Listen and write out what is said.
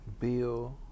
bill